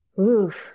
Oof